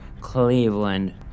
Cleveland